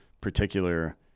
particular